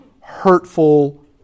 hurtful